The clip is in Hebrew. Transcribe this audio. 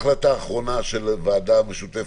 מה היתה ההחלטה האחרונה של הוועדה המשותפת?